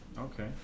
okay